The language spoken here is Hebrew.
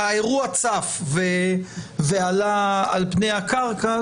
האירוע צף ועלה על פני הקרקע,